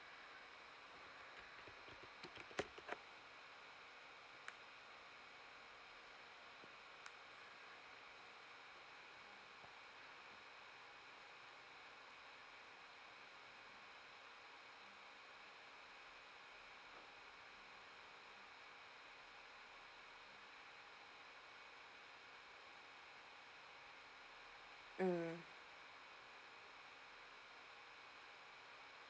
mm